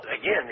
again